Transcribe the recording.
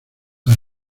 mas